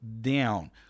down